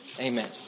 Amen